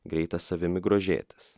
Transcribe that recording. greitas savimi grožėtis